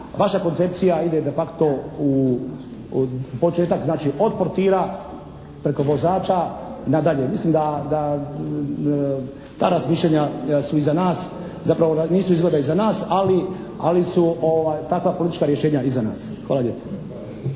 Vaša koncepcija ide de facto u početak znači od portira preko vozača na dalje. Mislim da ta razmišljanja su iza nas. Zapravo nisu izgleda iza nas, ali su takva politička rješenja iza nas. Hvala lijepa.